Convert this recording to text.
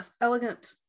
elegant